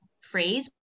phrase